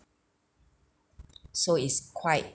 so it's quite